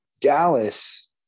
Dallas